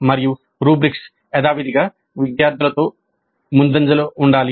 మరియు రుబ్రిక్స్ యథావిధిగా విద్యార్థులతో ముందంజలో ఉండాలి